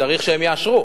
צריך שהם יאשרו.